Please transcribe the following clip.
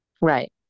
Right